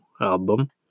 album